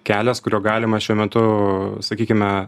kelias kuriuo galima šiuo metu sakykime